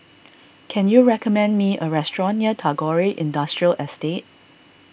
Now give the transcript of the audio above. can you recommend me a restaurant near Tagore Industrial Estate